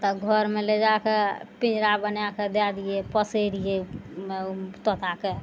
तऽ घरमे ले जा कऽ पिजरा बनाकऽ दै दियै पोसय रहियै तोताके